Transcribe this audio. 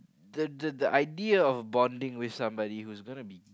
the the the idea of bonding with somebody was gonna be